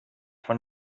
von